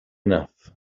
enough